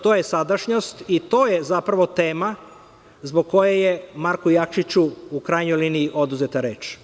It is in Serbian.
To je sadašnjost i to je zapravo tema zbog koje je Marku Jakšiću, u krajnjoj liniji, oduzeta reč.